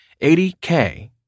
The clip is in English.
80K